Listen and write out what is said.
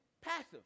passive